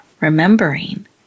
remembering